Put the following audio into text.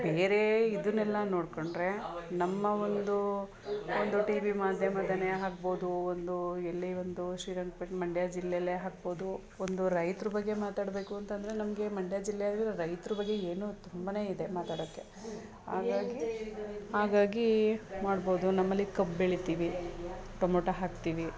ಬೇರೆ ಇದನ್ನೆಲ್ಲ ನೋಡಿಕೊಂಡ್ರೆ ನಮ್ಮ ಒಂದು ಒಂದು ಟಿವಿ ಮಾಧ್ಯಮದಲ್ಲೇ ಆಗ್ಬೋದು ಒಂದು ಎಲ್ಲಿ ಒಂದು ಶ್ರೀರಂಗಪಟ್ಟಣ ಮಂಡ್ಯ ಜಿಲ್ಲೆಯಲ್ಲೇ ಆಗ್ಬೋದು ಒಂದು ರೈತ್ರ ಬಗ್ಗೆ ಮಾತಾಡಬೇಕು ಅಂತ ಅಂದ್ರೂ ನಮಗೆ ಮಂಡ್ಯ ಜಿಲ್ಲೆಯಲ್ಲೂ ರೈತ್ರ ಬಗ್ಗೆ ಏನು ತುಂಬನೇ ಇದೆ ಮಾತಾಡೋಕ್ಕೆ ಹಾಗಾಗಿ ಹಾಗಾಗಿ ಮಾಡ್ಬೋದು ನಮ್ಮಲ್ಲಿ ಕಬ್ಬು ಬೆಳಿತೀವಿ ಟೊಮೊಟೋ ಹಾಕ್ತೀವಿ